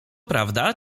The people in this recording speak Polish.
prawda